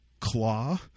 claw